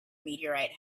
meteorite